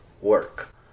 work